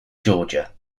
georgia